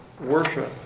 worship